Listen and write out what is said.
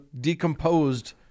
decomposed